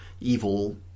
evil